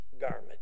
garment